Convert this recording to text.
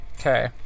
Okay